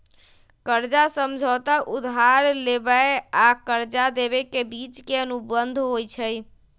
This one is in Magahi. कर्जा समझौता उधार लेबेय आऽ कर्जा देबे के बीच के अनुबंध होइ छइ